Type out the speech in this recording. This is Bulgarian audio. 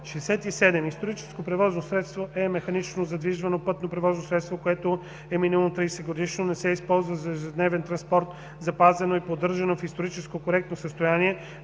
„67. „Историческо превозно средство“ е механично задвижвано пътно превозно средство, което е минимум 30-годишно, не се използва за ежедневен транспорт, запазено и поддържано в исторически коректно състояние,